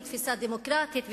או תפיסה דמוקרטית ושוויון,